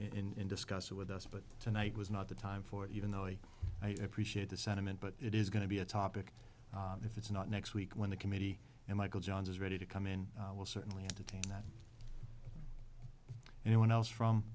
in discuss it with us but tonight was not the time for it even though i appreciate the sentiment but it is going to be a topic if it's not next week when the committee and michael johns is ready to come in we'll certainly entertain that anyone else from